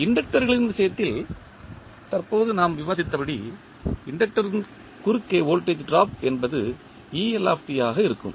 இண்டக்டர்களின் விஷயத்தில் தற்போது நாம் விவாதித்த படி இண்டக்டர் ன் குறுக்கே வோல்டேஜ் டிராப் என்பது ஆக இருக்கும்